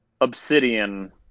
Obsidian